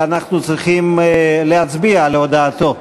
ואנחנו צריכים להצביע על הודעתו.